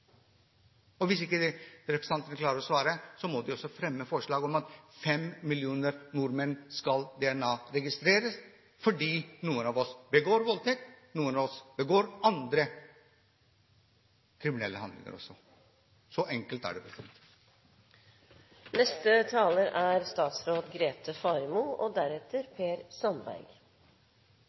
Hvis ikke representantene klarer å svare, må de fremme forslag om at fem millioner nordmenn skal DNA-registreres fordi noen av oss begår voldtekt og noen av oss begår andre kriminelle handlinger også. Så enkelt er det.